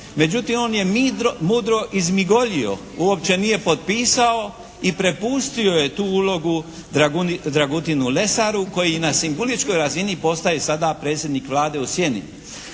Međutim on je mudro izmigoljio. Uopće nije potpisao i prepustio je tu ulogu Dragutinu Lesaru koji na simboličkoj razini postaje sada predsjednik Vlade u sjeni.